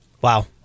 Wow